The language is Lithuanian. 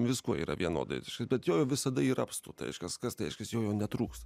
visko yra vienodai šita bet jo visada yra apstu tai reiškias kas tai reiškias jo jo netrūksta